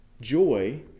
Joy